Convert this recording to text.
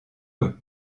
veut